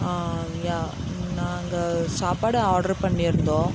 ஆ யா நாங்கள் சாப்பாடு ஆடர் பண்ணியிருந்தோம்